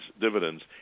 dividends